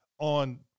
On